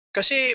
Kasi